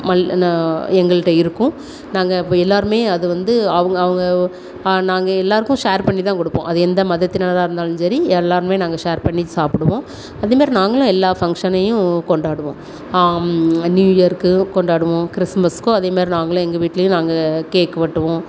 மல் ந எங்கள்கிட்ட இருக்கும் நாங்கள் எல்லோருமே அது வந்து அவுங்கவுங்க நாங்கள் எல்லோருக்கும் ஷேர் பண்ணி தான் கொடுப்போம் அது எந்த மதத்தினராக இருந்தாலும் சரி எல்லோருமே நாங்கள் ஷேர் பண்ணி சாப்பிடுவோம் அதுமாதிரி நாங்களும் எல்லா ஃபங்சனையும் கொண்டாடுவோம் நியூ இயருக்கு கொண்டாடுவோம் கிறிஸ்மஸுக்கும் அதேமாதிரி நாங்களே எங்கள் வீட்லையும் நாங்கள் கேக் வெட்டுவோம்